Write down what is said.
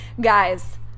guys